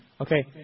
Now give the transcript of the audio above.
Okay